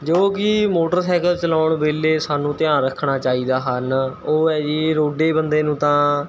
ਜੋ ਕਿ ਮੋਟਰਸਾਈਕਲ ਚਲਾਉਣ ਵੇਲੇ ਸਾਨੂੰ ਧਿਆਨ ਰੱਖਣਾ ਚਾਹੀਦਾ ਹਨ ਉਹ ਹੈ ਜੀ ਰੋਡੇ ਬੰਦੇ ਨੂੰ ਤਾਂ